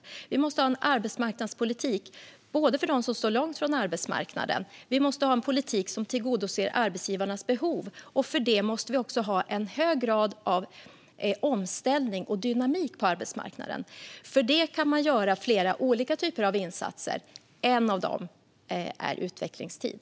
Det måste finnas en arbetsmarknadspolitik för dem som står långt från arbetsmarknaden, och det måste finnas en politik som tillgodoser arbetsgivarnas behov. För det måste vi också ha en hög grad av omställning och dynamik på arbetsmarknaden. Där kan vi göra flera olika typer av insatser. En av dem är utvecklingstid.